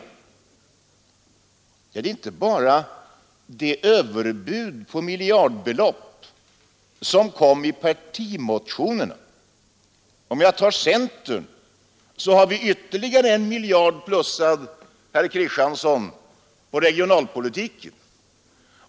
Jo, vi har inte bara att ta ställning till de överbud på miljardbelopp som finns i partimotionerna. Centern har, herr Kristiansson i Harplinge, till tidigare överbud på drygt en miljard kronor begärt ytterligare en miljard kronor till regionalpolitiken.